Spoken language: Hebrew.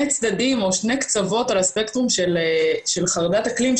צדדים או שני קצוות על הספקטרום של חרדת אקלים,